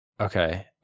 Okay